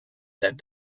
that